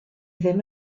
ddim